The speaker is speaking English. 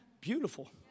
beautiful